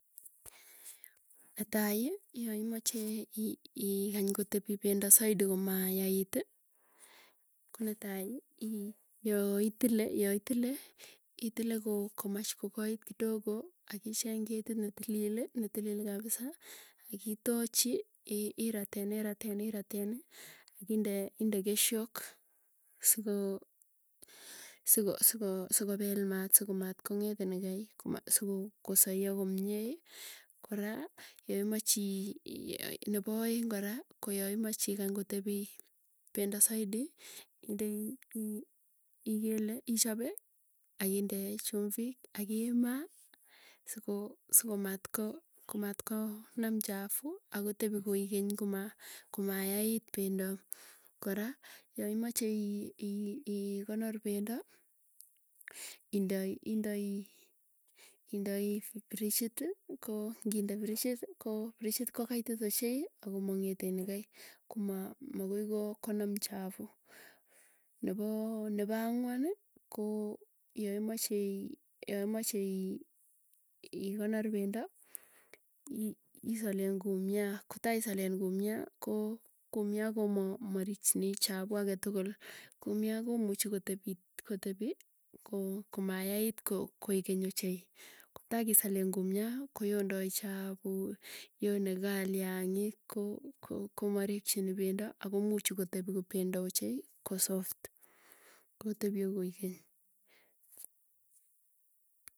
Netai yaimache ikany kotepi pendo zaidi komayaiti, konetai yaitile, yaitile itile komach kokoit kidogo. Akicheng ketit netilili ne tilil kapisa akitachi, iraten neraten irateni akinde inde keshok sikopel maat sikomaatkong'et nekai, koma sikosaiya komie. Kora kemachii nepaeng koraa koyaimachii kany kotepii pendo zaidi, indei ikele ichape akinde chumvik akimaa, siko matko komatko naam chafuu. akotepi koegeny koma komayait pendo. Kora yaimache ikonor pendo, indoi frechiti koo nginde frichit koo frichit ko kaitit ochei, ako makeng'ete nekai komaa makoi ko makoi konaam, chafuu. Nepo nepo angwany koo yaimache ii yaimache ii ikonor pendo. I isale kumia kotaisalenkumia, koo kumia komo marikchini chapuu aketukul komiiyo komuchi kotepi kotepi koo komayait koegeny ochei. Kotakisalen kumia koyondaa chapuuk yonee kaliangiik ko ko komarikchini pendo ako muchi kotepi, pendo ochei kosoft, kotepie koegeny.